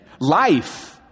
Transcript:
life